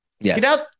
Yes